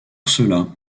cela